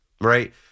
right